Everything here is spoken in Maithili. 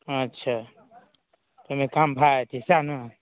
आच्छा ओहिमे काम भए जेतै सएह ने